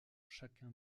chacun